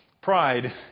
Pride